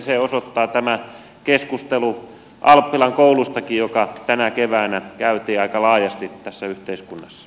sen osoittaa tämä keskustelu alppilan koulustakin jota tänä keväänä käytiin aika laajasti tässä yhteiskunnassa